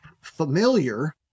familiar